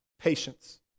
patience